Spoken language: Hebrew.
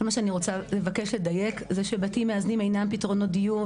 אני מבקשת לדייק שבתים מאזנים אינם פתרונות דיור,